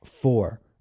four